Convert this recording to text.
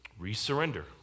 Resurrender